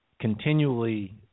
continually